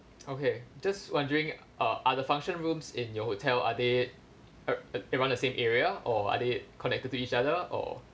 okay just wondering uh are the function rooms in your hotel are they ar~ ar~ around the same area or are they connected to each other or